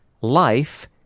life